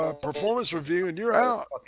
ah performance review and you're out